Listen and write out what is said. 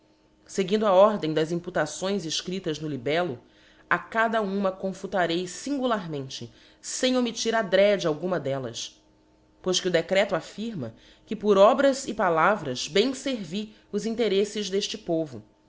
seguindo a ordem das imputações efcriptas no libello a cada uma confutarei fingularmente fem omittir adrede alguma dellas pois que o decreto affirma que por obras e palavras bem fervi os intereffes d'efte povo